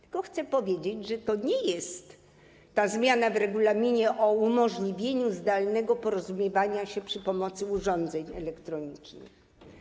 Tylko chcę powiedzieć, że to nie jest ta zmiana w regulaminie o umożliwieniu zdalnego porozumiewania się za pomocą urządzeń elektronicznych.